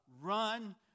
Run